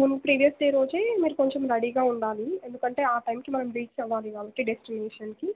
ముందు previous day రోజు మీరు కొంచెం రెడీగా ఉండాలి ఎందుకంటే ఆ టైంకి మనం రీచ్ అవ్వాలి కాబట్టి డెస్టినేషన్కి